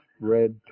Red